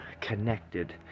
connected